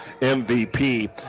MVP